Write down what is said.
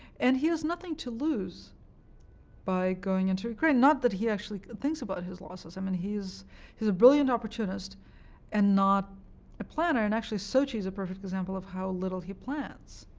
and he has nothing to lose by going into ukraine not that he actually thinks about his losses. i mean he's a brilliant opportunist and not a planner. and actually, sochi is a perfect example of how little he plans.